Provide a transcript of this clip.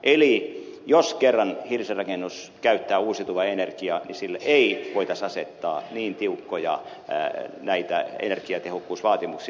eli jos kerran hirsirakennus käyttää uusiutuvaa energiaa niin sille ei voitaisi asettaa niin tiukkoja energiatehokkuusvaatimuksia